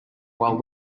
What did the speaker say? while